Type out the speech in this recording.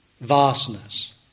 vastness